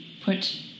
put